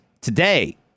today